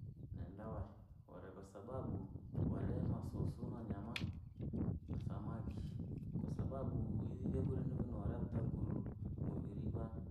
Nendaa wari, ware kwasababu ware masusu na nyamaa na samakii, kwasababu ivi vyakula nivi vyaleta nguru muviri.